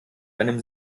einem